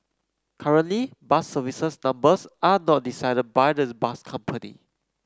currently bus service numbers are not decided by the bus company